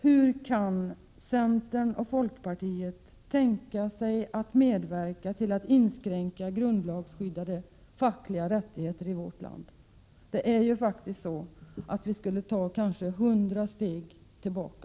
Han säger: ”Men kan verkligen centern och folkpartiet tänka sig att medverka till att inskränka grundlags skyddade fackliga rättigheter?” Det skulle kanske betyda att vi tog 100 steg tillbaka.